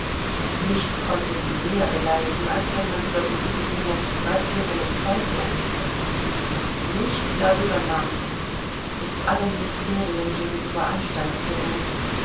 nichts konnte sie mehr beleidigen als wenn man über gewisse dinge rationelle zweifel anstellte nicht darüber nachdenken ist allen mysterien gegenüber